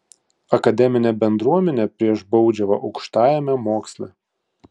akademinė bendruomenė prieš baudžiavą aukštajame moksle